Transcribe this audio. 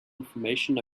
information